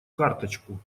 карточку